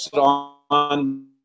On